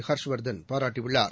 ஹர்ஷ் வர்தன் பாராட்டியுள்ளார்